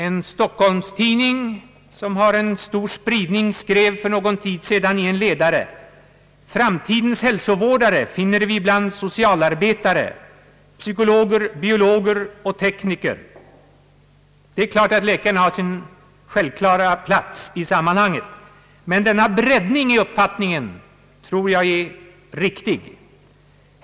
En stockholmstidning som har stor spridning skrev för någon tid sedan i en ledare att framtidens hälsovårdare finner vi biand socialarbetare, psykologer, biologer och tekniker. Det är klart att läkaren har sin självklara plats i sammanhanget, men denna breddning i uppfattningen tror jag är riktig.